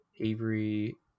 Avery